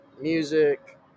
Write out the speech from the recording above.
music